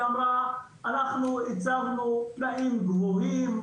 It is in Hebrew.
היא אמרה אנחנו הצבנו תנאים גבוהים,